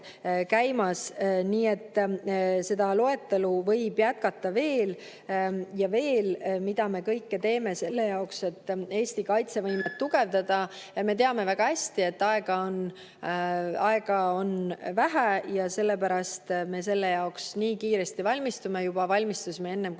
käimas. Nii et seda loetelu võib jätkata veel ja veel, mida me kõike teeme selle jaoks, et Eesti kaitsevõimet tugevdada. Me teame väga hästi, et aega on vähe, ja sellepärast me selle jaoks nii kiiresti valmistume. Valmistusime juba enne, kui